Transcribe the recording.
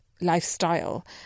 lifestyle